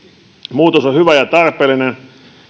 muutos on hyvä ja tarpeellinen